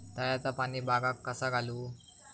तळ्याचा पाणी बागाक कसा घालू?